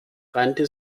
rannte